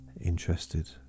interested